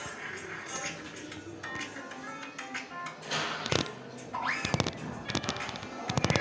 commercial bank loan, credit union ಮುಂತಾದವು institutional investors ಗಳಾಗಿವೆ